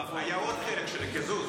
היה עוד חלק, של קיזוז.